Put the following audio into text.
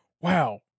wow